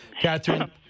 Catherine